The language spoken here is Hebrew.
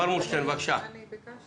אנחנו מקבלים